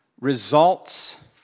results